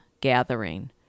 gathering